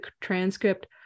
transcript